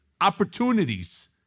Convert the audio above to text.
opportunities